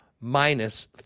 minus